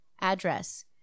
Address